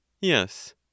Yes